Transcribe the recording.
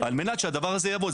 על מנת שהדבר הזה יעבוד.